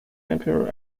emperor